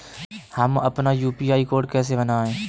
हम अपना UPI code कैसे बनाएँ?